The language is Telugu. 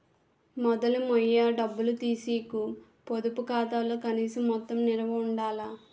మొదలు మొయ్య డబ్బులు తీసీకు పొదుపు ఖాతాలో కనీస మొత్తం నిలవ ఉండాల